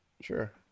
Sure